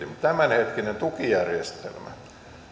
tämänhetkinen tukijärjestelmä